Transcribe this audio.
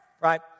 Right